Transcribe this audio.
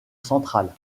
centrale